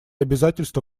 обязательства